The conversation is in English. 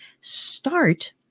Start